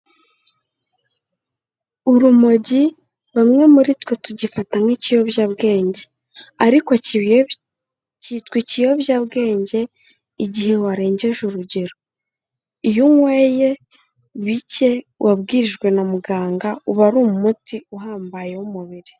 Urumogi bamwe muri twe tugifata nk'ikiyobyabwenge. Ariko cyitwa ikiyobyabwenge igihe warengeje urugero. Iyo unyweye bike wabwirijwe na muganga, uba ari umuti uhambaye w'umubiri.